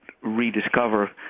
rediscover